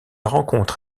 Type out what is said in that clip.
rencontre